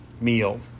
meal